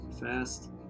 fast